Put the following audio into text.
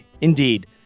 Indeed